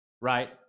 right